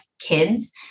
kids